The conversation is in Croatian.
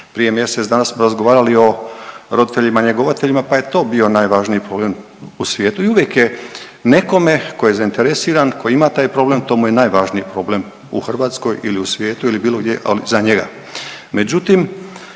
Prije mjesec dana smo razgovarali o roditeljima njegovateljima pa je to bio najvažniji problem u svijetu. I uvijek je nekome tko je zainteresiran, tko ima taj problem to mu je najvažniji problem u Hrvatskoj ili u svijetu ili bilo gdje ali za njega.